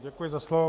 Děkuji za slovo.